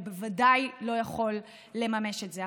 הוא בוודאי לא יכול לממש את זה.